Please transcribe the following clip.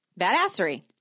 badassery